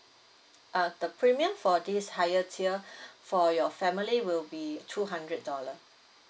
uh the premium for this higher tier for your family will be two hundred dollar